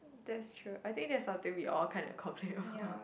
that is true I think there's something we all can't accomplish